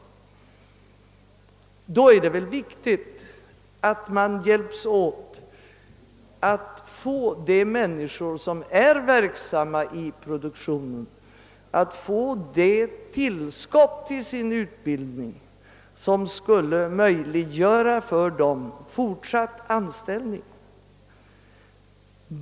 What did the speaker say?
Då är det viktigt att vi hjälps åt att ge de människor, som är verksamma i produktionen, det tillskott till deras utbildning som skulle möjliggöra fortsatt anställning för dem.